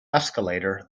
escalator